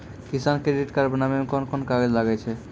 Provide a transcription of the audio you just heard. किसान credit card बनाबै मे कोन कोन कागज लागै छै?